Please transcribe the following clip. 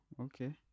Okay